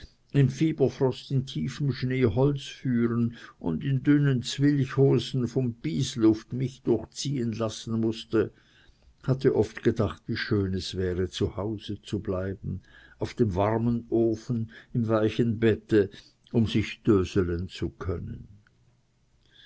im fieberfrost in tiefem schnee holz führen und in dünnen zwilchhosen vom bysluft mich durchziehen lassen mußte hatte oft gedacht wie schön es wäre zu hause zu bleiben auf dem warmen ofen im weichen bette um sich döselen zu können